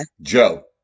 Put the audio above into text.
Joe